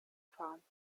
fahren